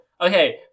Okay